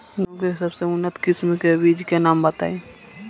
गेहूं के सबसे उन्नत किस्म के बिज के नाम बताई?